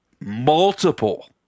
multiple